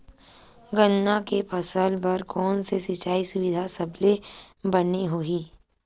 गन्ना के फसल बर कोन से सिचाई सुविधा सबले बने होही?